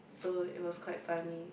so it was quite funny